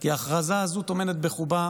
מצד הממשלה, כאילו